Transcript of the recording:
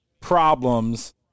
problems